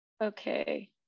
Okay